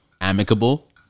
amicable